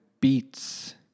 Beats